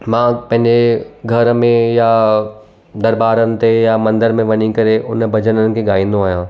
मां पंहिंजे घर में या दरॿारनि ते या मंदर में वञी करे उन भॼननि खे ॻाईंदो आहियां